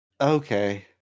Okay